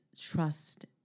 trust